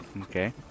Okay